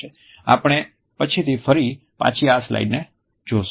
આપણે પછીથી ફરી પાછી આ સ્લાઇડને જોશું